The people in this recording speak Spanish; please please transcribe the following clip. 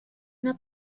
una